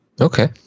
Okay